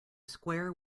square